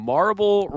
Marble